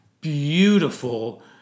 beautiful